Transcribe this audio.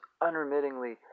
unremittingly